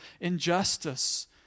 injustice